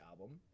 album